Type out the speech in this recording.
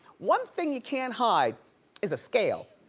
one thing you can't hide is a scale